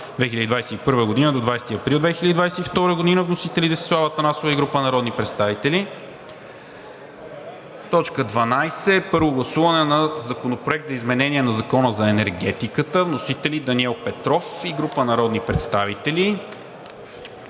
2021 г. до 20 април 2022 г. Вносители – Десислава Атанасова и група народни представители. 12. Първо гласуване на Законопроекта за изменение на Закона за енергетиката. Вносители – Даниел Петров и група народни представители.